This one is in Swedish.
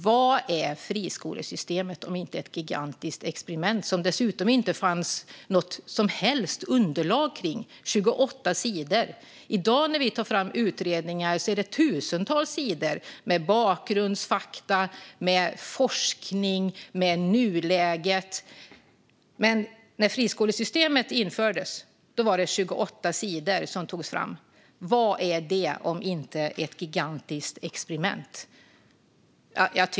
Vad är friskolesystemet om inte ett gigantiskt experiment, som det dessutom inte fanns något som helst underlag kring - det var 28 sidor? När vi tar fram utredningar i dag är det tusentals sidor med bakgrundsfakta, forskning och nuläge. Men när friskolesystemet infördes var det 28 sidor som togs fram. Vad är det om inte ett gigantiskt experiment?